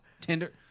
Tinder